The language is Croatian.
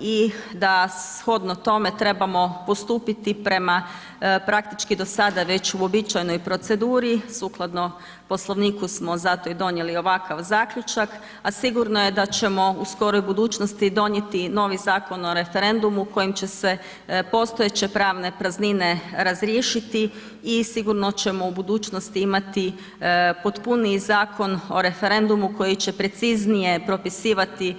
i da shodno tome trebamo postupiti prema praktički do sada već uobičajenoj proceduri sukladno Poslovniku smo zato i donijeli ovakav zaključak, a sigurno je da ćemo u skoroj budućnosti donijeti novi Zakon o referendumu kojim će se postojeće pravne praznine razriješiti i sigurno ćemo u budućnosti imati potpuniji Zakon o referendumu koji će preciznije propisivati